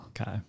Okay